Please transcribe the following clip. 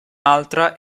altra